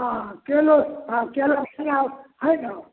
हँ हँ केलो हँ केला लक्ष्मी हाउस हैय ने